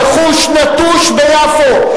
רכוש נטוש ביפו,